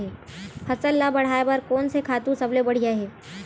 फसल ला बढ़ाए बर कोन से खातु सबले बढ़िया हे?